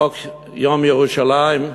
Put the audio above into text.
חג יום ירושלים,